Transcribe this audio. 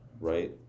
right